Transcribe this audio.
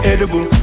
Edible